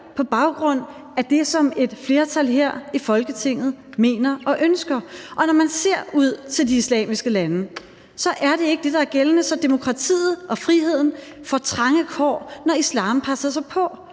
på baggrund af det, som et flertal her i Folketinget mener og ønsker. Og når man ser ud til de islamiske lande, er det ikke det, der er gældende. Demokratiet og friheden får trange kår, når islam presser sig på,